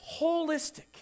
holistic